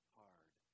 hard